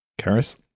Karis